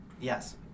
Yes